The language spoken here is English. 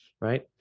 right